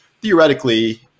theoretically